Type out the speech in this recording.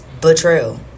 betrayal